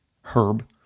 Herb